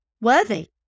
worthy